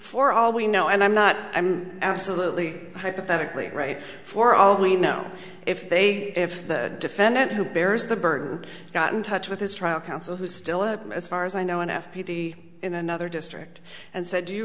for all we know and i'm not i'm absolutely hypothetically right for all we know if they if the defendant who bears the burden got in touch with this trial counsel who's still a as far as i know an f p p in another district and said do you